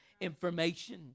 information